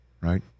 Right